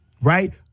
right